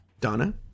Donna